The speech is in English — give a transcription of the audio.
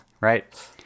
Right